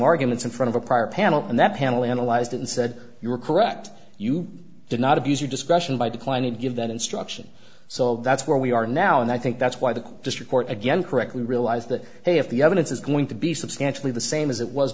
arguments in front of a prior panel and that panel analyzed it and said you were correct you did not abuse your discretion by declining to give that instruction so that's where we are now and i think that's why the district court again correctly realize that hey if the evidence is going to be substantially the same as it was